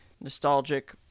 nostalgic